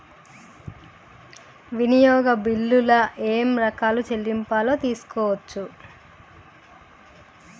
వినియోగ బిల్లులు ఏమేం రకాల చెల్లింపులు తీసుకోవచ్చు?